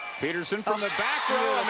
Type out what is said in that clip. petersen from the back row